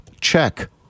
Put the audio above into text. check